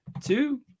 two